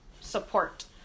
support